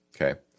Okay